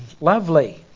lovely